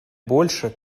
больше